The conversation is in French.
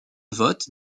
vote